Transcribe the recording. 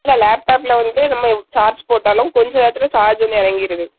இல்லை லேப்டாப்பில் வந்து நம்ம சார்ஜ் போட்டாலும் கொஞ்சம் நேரத்தில் சார்ஜ் வந்து இறங்கிடுது